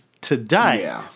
today